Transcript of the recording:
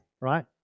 right